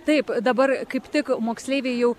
taip dabar kaip tik moksleiviai jau